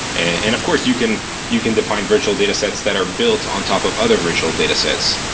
and of course, you can you can define virtual datasets that are built on top of other virtual datasets.